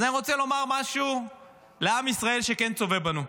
אז אני רוצה לומר משהו לעם ישראל, שכן צופה בנו,